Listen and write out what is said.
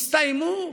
הסתיימו?